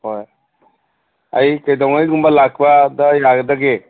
ꯍꯣꯏ ꯑꯩ ꯀꯩꯗꯧꯉꯩꯒꯨꯝꯕ ꯂꯥꯛꯄꯗ ꯌꯥꯒꯗꯒꯦ